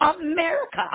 America